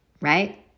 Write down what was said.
right